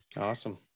Awesome